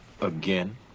Again